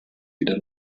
wieder